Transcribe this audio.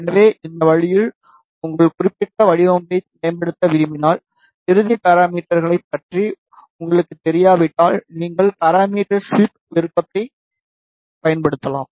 எனவே இந்த வழியில் உங்கள் குறிப்பிட்ட வடிவமைப்பை மேம்படுத்த விரும்பினால் இறுதி பாராமீட்டர்க்களைப் பற்றி உங்களுக்குத் தெரியாவிட்டால் நீங்கள் பாராமீட்டர் ஸ்வீப் விருப்பத்தைப் பயன்படுத்தலாம்